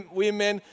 women